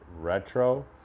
retro